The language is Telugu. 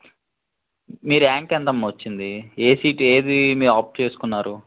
మీ ర్యాంక్ ఎంతమ్మా వచ్చింది ఏ సీట్ ఏది మీరు ఆప్ట్ చేసుకున్నారు